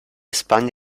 spagna